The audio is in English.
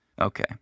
Okay